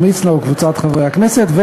ההודעה הראשונה, אדוני היושב-ראש, היא ללא הצבעה.